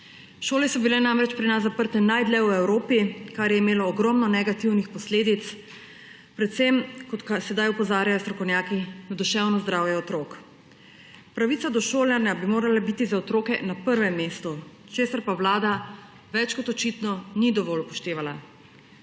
Šole so bile namreč pri nas zaprte najdlje v Evropi, kar je imelo ogromno negativnih posledic, predvsem, kot sedaj opozarjajo strokovnjaki, na duševno zdravje otrok. Pravica do šolanja bi morala biti za otroke na prvem mestu, česar pa Vlada več kot očitno ni dovolj upoštevala.